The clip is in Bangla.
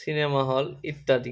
সিনেমা হল ইত্যাদি